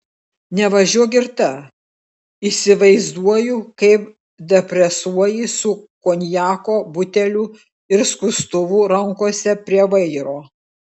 nevažiuok girta įsivaizduoju kaip depresuoji su konjako buteliu ir skustuvu rankose prie vairo